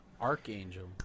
archangel